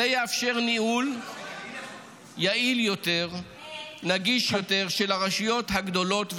זה יאפשר ניהול יעיל יותר ונגיש יותר של הרשויות הגדולות והבינוניות,